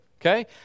okay